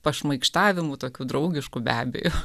pašmaikštavimų tokių draugiškų be abejo